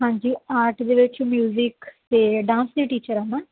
ਹਾਂਜੀ ਆਰਟ ਦੇ ਵਿੱਚ ਮਿਊਜ਼ਿਕ ਅਤੇ ਡਾਂਸ ਦੀ ਟੀਚਰ ਹਾਂ ਮੈਂ